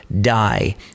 die